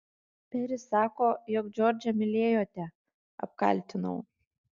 peris sako jog džordžą mylėjote apkaltinau